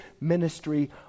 ministry